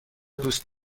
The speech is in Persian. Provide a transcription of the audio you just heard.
دوست